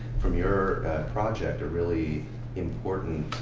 from your project, a really important